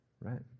right